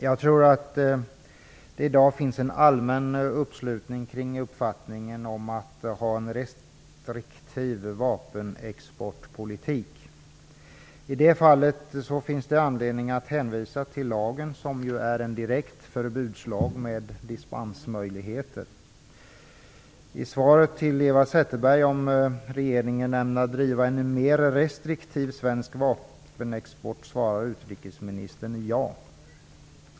Fru talman! Det finns i dag en allmän uppslutning kring uppfattningen om att man bör ha en restriktiv vapenexportpolitik. I det fallet finns det anledning att hänvisa till lagen som är en direkt förbudslag med dispensmöjligheter. I sitt svar på Eva Zetterbergs fråga om ifall regeringen ämnar driva en mer restriktiv svensk vapenexport svarar utrikesministern ja.